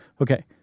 Okay